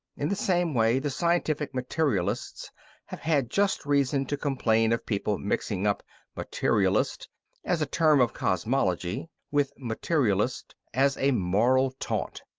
in the same way the scientific materialists have had just reason to complain of people mixing up materialist as a term of cosmology with materialist as a moral taunt.